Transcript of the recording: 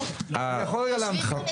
יש כאלה שאומרים שיותר.